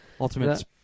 Ultimate